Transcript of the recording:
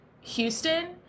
Houston